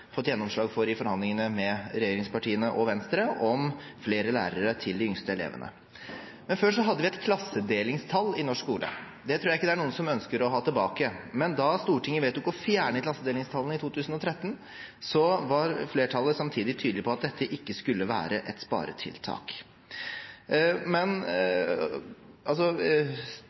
fått gjennomslag for i forhandlingene med regjeringspartiene og Venstre, om flere lærere til de yngste elevene. Før hadde vi et klassedelingstall i norsk skole. Det tror jeg ikke det er noen som ønsker å ha tilbake. Men da Stortinget vedtok å fjerne klassedelingstallene i 2013, var flertallet samtidig tydelig på at dette ikke skulle være et sparetiltak.